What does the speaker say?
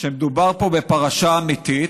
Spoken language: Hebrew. שמדובר פה בפרשה אמיתית,